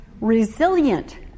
resilient